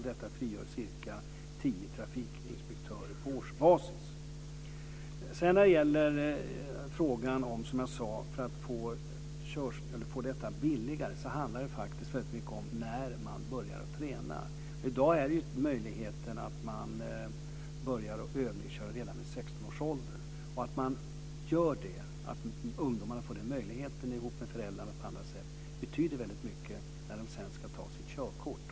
Detta frigör ca tio trafikinspektörer på årsbasis. När det sedan gäller att få körkortsutbildningen billigare handlar det faktiskt väldigt mycket om när man börjar att träna. I dag finns ju möjligheten att börja övningsköra redan vid 16 års ålder. Att ungdomar får möjlighet att övningsköra med sina föräldrar eller andra betyder väldigt mycket när de sedan ska ta sitt körkort.